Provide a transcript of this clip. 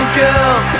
girl